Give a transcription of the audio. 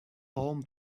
palm